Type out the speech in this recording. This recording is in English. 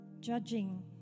judging